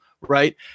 Right